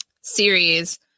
series